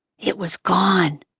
it was gone.